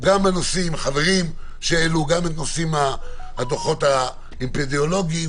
החברים העלו גם את הדוחות האפידמיולוגים